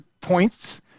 points